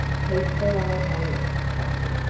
keep the light on them, captain,